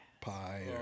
pie